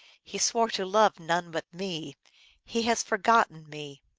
he swore to love none but me he has forgotten me.